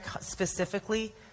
specifically